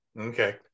Okay